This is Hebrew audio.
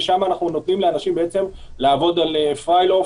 ושם אנחנו נותנים לאנשים לעבוד על פריילוף.